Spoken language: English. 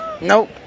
Nope